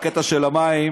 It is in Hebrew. בקטע של המים,